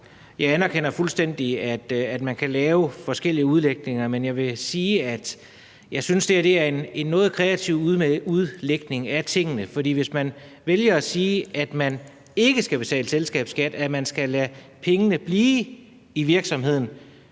Jeg anerkender fuldstændig, at man kan have forskellige udlægninger. Men jeg vil sige, at jeg synes, det er en noget kreativ udlægning af tingene, for hvis man vælger at sige, at der ikke skal betales selskabsskat, og at vi skal lade pengene blive i virksomheden,